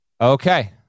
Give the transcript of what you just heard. Okay